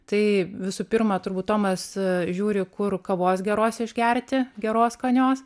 tai visų pirma turbūt tomas žiūri kur kavos geros išgerti geros skanios